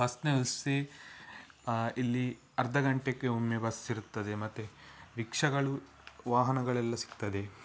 ಬಸನ್ನ ಹತ್ಸಿ ಇಲ್ಲಿ ಅರ್ಧ ಗಂಟೆಗೆ ಒಮ್ಮೆ ಬಸ್ಸಿರುತ್ತದೆ ಮತ್ತೆ ರಿಕ್ಷಗಳು ವಾಹನಗಳೆಲ್ಲ ಸಿಗ್ತದೆ